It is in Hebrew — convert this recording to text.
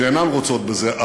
שאינן רוצות בזה.